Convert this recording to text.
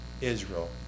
Israel